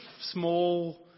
small